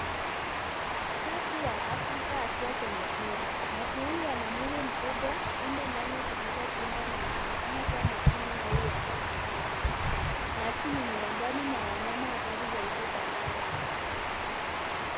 Nyati wa Afrika akiwa kwenye pori. Nyati huyu na mwili mkubwa, pembe nene zilizopinda na anaonekana kuwa makini au tahadhari. Nyati ni miongoni mwa wanyama hatari zaidi barani.